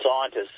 scientists